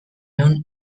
ehun